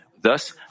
Thus